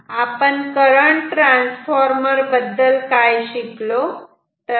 तर आपण current transformer बद्दल काय शिकलो